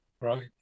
Right